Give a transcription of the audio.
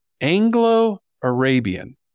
Anglo-Arabian